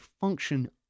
function